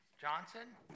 Johnson